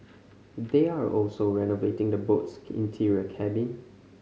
they are also renovating the boat's interior cabin